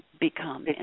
become